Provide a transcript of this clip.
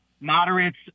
moderates